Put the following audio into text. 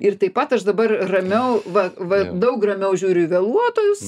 ir taip pat aš dabar ramiau va va daug ramiau žiūriu ė vėluotojus